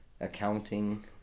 accounting